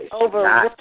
over